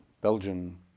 Belgian